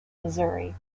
missouri